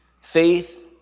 faith